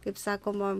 kaip sakoma